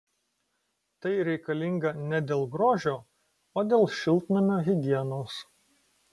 tai reikalinga ne dėl grožio o dėl šiltnamio higienos